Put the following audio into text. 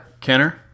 Kenner